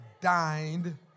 dined